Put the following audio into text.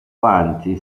avanti